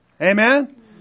Amen